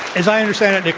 as i understand it, nick,